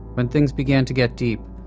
when things began to get deep,